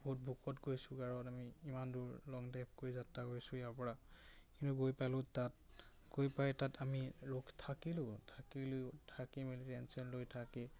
বহুত ভোকত গৈছোঁ গত আমি ইমান দূৰ লং ড্ৰাইভ কৰি যাত্ৰা কৰিছোঁ ইয়াৰ পৰা কিন্তু গৈ পালোঁ তাত গৈ পাই তাত আমি থাকিলোঁ থাকিলো থাকি মেলি